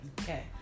Okay